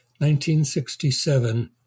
1967